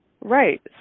right